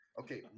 Okay